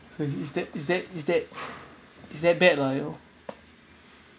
so it's it's that it's that it's that it's that bad lah you know